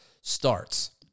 starts